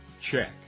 check